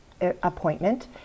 appointment